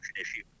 issue